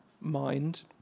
mind